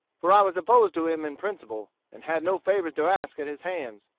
for i was opposed to him in principle, and had no favors to ask at his hands.